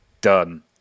Done